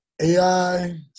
AI